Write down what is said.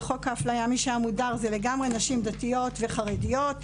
חוק האפליה זה לגמרי נשים דתיות וחרדיות,